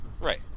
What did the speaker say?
Right